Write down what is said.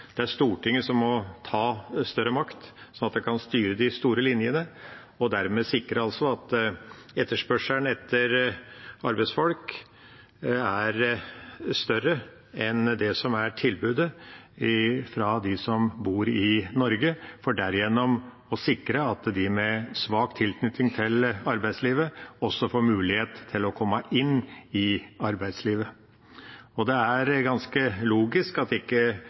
Det er Stortinget som må ta større makt, sånn at en kan styre de store linjene og dermed sikre at etterspørselen etter arbeidsfolk er større enn det som er tilbudet fra dem som bor i Norge, for derigjennom å sikre at de med svak tilknytning til arbeidslivet også får mulighet til å komme inn i arbeidslivet. Det er ganske logisk at ikke